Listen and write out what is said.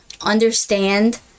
understand